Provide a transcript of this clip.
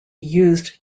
used